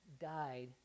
died